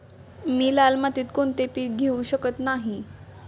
मी लाल मातीत कोणते पीक घेवू शकत नाही?